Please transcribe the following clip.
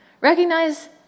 Recognize